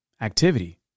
Activity